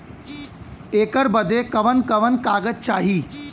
ऐकर बदे कवन कवन कागज चाही?